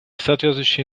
соответствующая